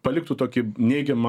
paliktų tokį neigiamą